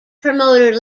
promoter